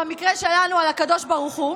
ובמקרה שלנו על הקדוש ברוך הוא,